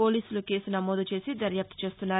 పోలీసులు కేసు నమోదుచేసి దర్యాప్తు చేస్తున్నారు